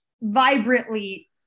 vibrantly